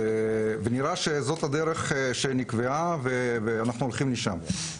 ונראה שזאת הדרך שנקבעה ואנחנו הולכים לשם.